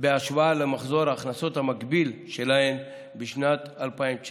בהשוואה למחזור ההכנסות המקביל שלהן בשנת 2019,